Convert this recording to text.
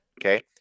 Okay